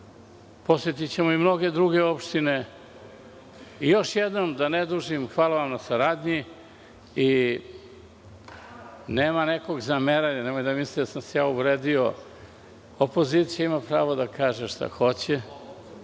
Posetićemo i mnoge druge opštine. Još jednom, da ne dužim, hvala vam na saradnji. Nema nekog zameranja, nemojte misliti da sam se uvredio. Opozicija ima prava da kaže šta hoće,